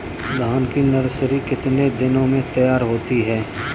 धान की नर्सरी कितने दिनों में तैयार होती है?